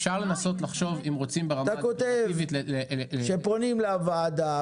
אתה כותב שפונים לוועדה,